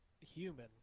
human